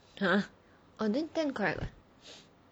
!huh! then ten correct [what]